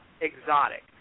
exotic